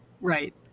Right